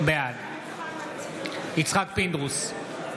בעד יצחק פינדרוס,